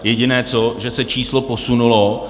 Jediné, co je, že se číslo posunulo.